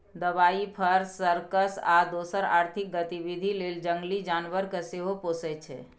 दबाइ, फर, सर्कस आ दोसर आर्थिक गतिबिधि लेल जंगली जानबर केँ सेहो पोसय छै